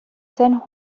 zen